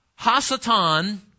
Hasatan